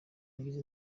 agize